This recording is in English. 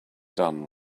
done